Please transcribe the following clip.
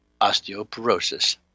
osteoporosis